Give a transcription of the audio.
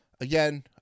Again